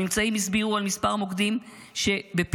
הממצאים הצביעו על כמה מוקדים שבפעילותם